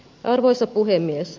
arvoisa puhemies